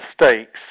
mistakes